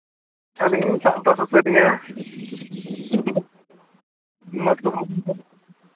ᱟᱹᱞᱤᱧ ᱥᱟᱶᱛᱟ ᱥᱩᱥᱟᱹᱨᱤᱭᱟᱹ ᱢᱟᱹᱛᱩ ᱦᱮᱢᱵᱨᱚᱢ